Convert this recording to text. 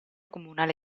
comunale